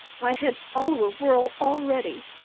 my head's all of a whirl already.